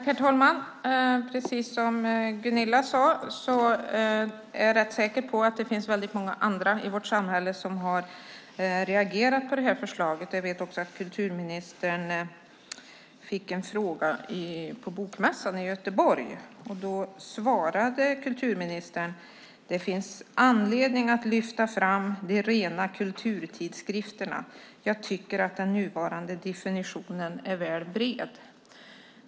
Herr talman! Jag är, precis som Gunilla, rätt säker på att det finns många i vårt samhälle som har reagerat på det här förslaget. Jag vet att kulturministern fick en fråga på bokmässan i Göteborg. Kulturministern svarade: Det finns anledning att lyfta fram de rena kulturtidskrifterna. Jag tycker att den nuvarande definitionen är väl bred.